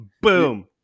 Boom